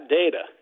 data